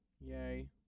Yay